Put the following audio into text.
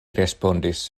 respondis